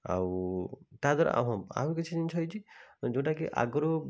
ଆଉ ତା'ଦ୍ଵାରା ହଁ ଆଉ କିଛି ଜିନିଷ ହୋଇଛି ଯେଉଁଟାକି ଆଗରୁ